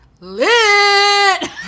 lit